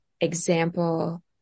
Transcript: example